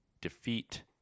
defeat